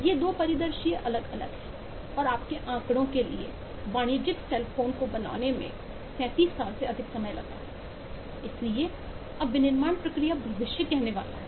ये 2 परिदृश्य अलग अलग हैं और आपके आँकड़ों के लिए वाणिज्यिक सेल फोन को बनाने में 37 साल से अधिक का समय लगा है इसलिए अब विनिर्माण प्रक्रिया भविष्य कहने वाला है